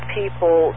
people